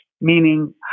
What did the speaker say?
Meaning